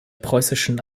preußischen